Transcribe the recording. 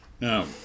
Now